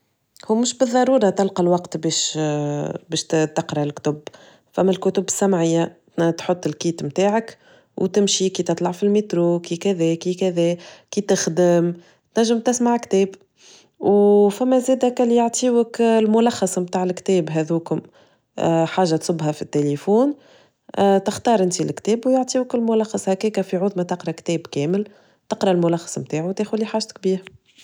هو مش بضرورة تلقى الوقت باش باش تقرا الكتب، فما الكتب السمعية ان تحط الكيت متاعك وتمشي كي تطلع فالميترو كي كذا كي كذا كي تخدم تنجم تسمع كتاب أو فما زادا كان يعطيوك الملخص متاع الكتاب هاذوكوم حاجة تصبها فالتيليفون تختار إنتي الكتاب ويعطيوك الملخص هكاك في عوز ما تقرا كتاب كامل، تقرا الملخص متاعو وتاخد اللي حاجتك بيها.